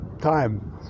time